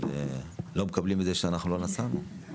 אבל לא מקבלים את זה שאנחנו לא נסענו.